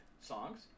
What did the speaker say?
songs